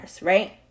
right